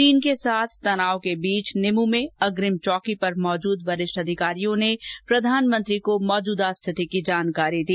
चीन के साथ तनाव के बीच निमू में अग्निम चौकी पर मौजूद वरिष्ठ अधिकारियों ने प्रघानमंत्री को मौजूदा स्थिति की जानकारी दी